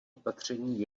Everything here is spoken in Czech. opatření